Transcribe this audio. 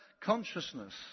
consciousness